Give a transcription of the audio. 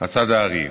הצד הארי.